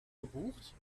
gebucht